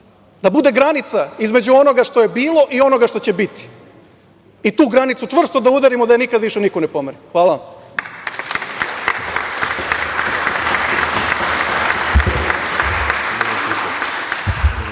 da bude granica između onoga što je bilo i onoga što će biti i tu granicu čvrsto da udarimo da je više nikad niko ne pomeri. Hvala.